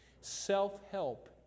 Self-help